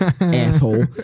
Asshole